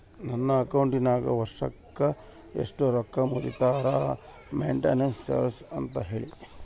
ನನ್ನ ಅಕೌಂಟಿನಾಗ ವರ್ಷಕ್ಕ ಎಷ್ಟು ರೊಕ್ಕ ಮುರಿತಾರ ಮೆಂಟೇನೆನ್ಸ್ ಚಾರ್ಜ್ ಅಂತ ಹೇಳಿ?